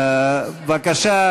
בבקשה,